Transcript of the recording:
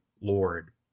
Lord